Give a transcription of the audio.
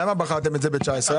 למה בחרתם ב-2019?